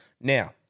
Now